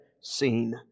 seen